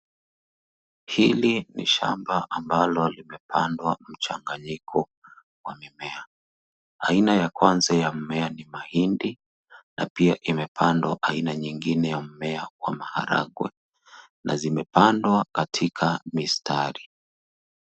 Hili ni shamba ambalo limepandwa mchanganyiko wa mimea. Aina ya kwanza ya mmea ni mahindi na pia imepandwa aina nyingine ya mmea wa maharagwe. Na zimepandwa katika mistari.